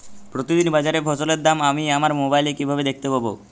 প্রতিদিন বাজারে ফসলের দাম আমি আমার মোবাইলে কিভাবে দেখতে পাব?